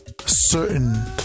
certain